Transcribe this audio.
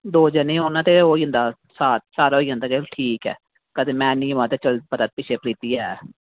दौ जनें होन ते सारा होई जंदा ठीक ऐ ते अगर में निं होवां ते चलो पिच्छें प्रीति ऐ